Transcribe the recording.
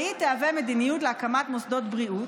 והיא תהווה מדיניות להקמת מוסדות בריאות,